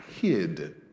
hid